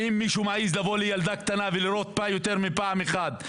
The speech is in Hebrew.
אם מישהו מעז לבוא ולירות בילדה קטנה יותר מפעם אחת,